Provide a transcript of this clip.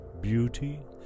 beauty